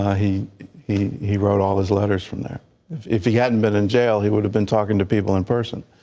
he did he he wrote all his letters from that if if he he hadn't been in jail, he would have been talking to people in person.